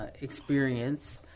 experience